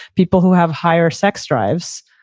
people who have higher sex drives